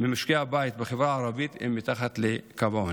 ממשקי הבית בחברה הערבית הם מתחת לקו העוני.